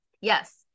yes